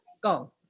Go